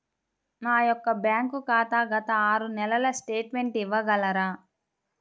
నా యొక్క బ్యాంక్ ఖాతా గత ఆరు నెలల స్టేట్మెంట్ ఇవ్వగలరా?